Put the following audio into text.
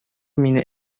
мине